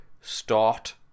start